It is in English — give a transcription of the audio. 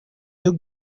you